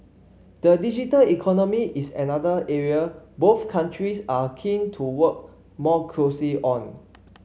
the digital economy is another area both countries are keen to work more closely on